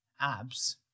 abs